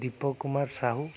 Deepak Kumar Sahu